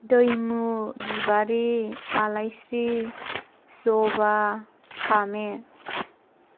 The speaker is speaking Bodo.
दैमु बिबारि आलायस्रि जबा फामे